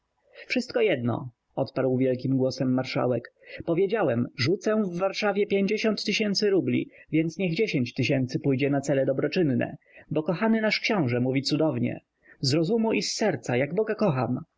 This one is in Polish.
wszystko jedno odparł wielkim głosem marszałek powiedziałem rzucę w warszawie pięćdziesiąt tysięcy rubli więc niech dziesięć pójdzie na cele dobroczynne bo kochany nasz książe mówi cudownie z rozumu i z serca jak boga kocham